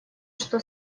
что